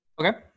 Okay